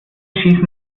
schießen